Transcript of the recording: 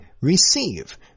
Receive